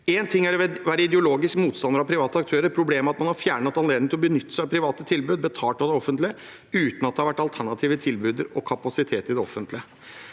En ting er det å være ideologisk motstander av private aktører, men problemet er at man har fjernet anledningen til å benytte seg av private tilbud betalt av det offentlige uten at det har vært alternative tilbud og kapasitet i det offentlige.